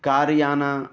car यानं